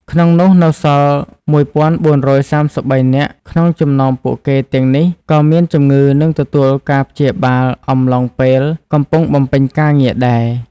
ក្នុងនោះ នៅសល់១៤៣៣នាក់ក្នុងចំនោមពួកគេទាំងនេះក៏មានជំងឺនឹងទទួលការព្យាបាល អំឡុងពេលកំពុងបំពេញការងារដែរ។